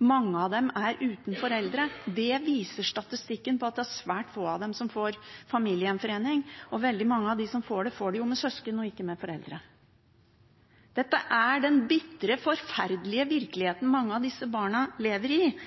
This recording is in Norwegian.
Mange av dem er uten foreldre. Det viser statistikken over at det er svært få av dem som får familiegjenforening, og veldig mange av dem som får det, får det med søsken og ikke med foreldre. Dette er den bitre, forferdelige virkeligheten mange av disse barna lever i,